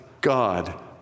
God